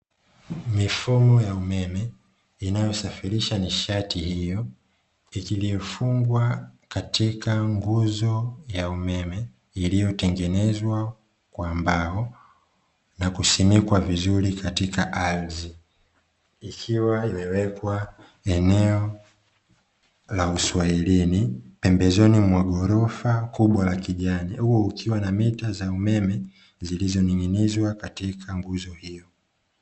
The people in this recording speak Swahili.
Mifumo ya umeme inayosafirisha nishati hiyo iliyofungwa katika nguzo ya umeme iliyotengenezwa kwa mbao na kusimikwa vizuri katika ardhi, ikiwa imewekwa eneo la uswahilini pembezoni mwa ghorofa kubwa la kijani huo ukiwa na mita za umeme zilizoning'inizwa katika nguzo hiyo.